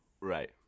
right